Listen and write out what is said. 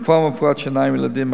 רפורמה ברפואה שיניים לילדים,